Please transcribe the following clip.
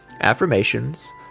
Affirmations